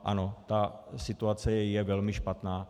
Ano, ta situace je velmi špatná.